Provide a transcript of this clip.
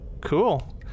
cool